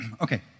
Okay